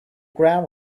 ground